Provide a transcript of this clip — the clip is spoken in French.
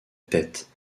tête